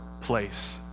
place